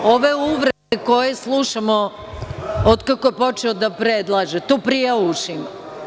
Ove uvrede koje slušamo od kako je počeo da predlaže to prija ušima.